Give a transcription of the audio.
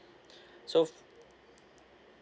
so